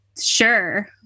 sure